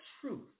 truth